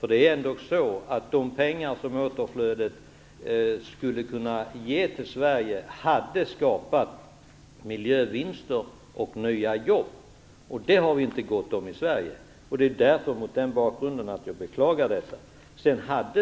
Det är ändå så att återflödet av pengar till Sverige skulle ha kunnat skapa miljövinster och nya jobb, och det har vi inte gott om i Sverige. Mot den bakgrunden beklagar vi det som skett.